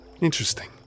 interesting